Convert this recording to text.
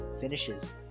finishes